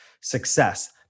success